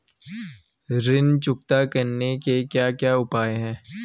ऋण चुकता करने के क्या क्या उपाय हैं?